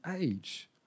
age